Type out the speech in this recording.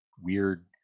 weird